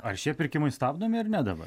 ar šie pirkimai stabdomi ar ne dabar